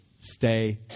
stay